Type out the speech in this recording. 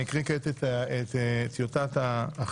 אני אקריא כעת את טיוטת ההחלטה,